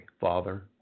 Father